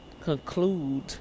conclude